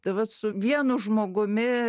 tai vat su vienu žmogumi